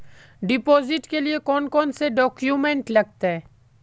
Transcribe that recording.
Deposit के लिए कौन कौन से डॉक्यूमेंट लगते?